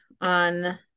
on